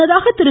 முன்னதாக திரு